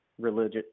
religious